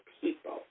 people